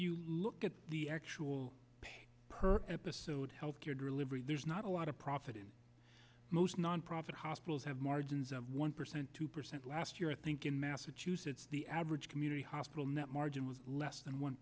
you look at the actual pay per episode health care delivery there's not a lot of profit in most nonprofit hospitals have margins of one percent two percent last year i think in massachusetts the average community hospital net margin was less than one